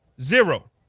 zero